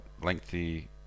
lengthy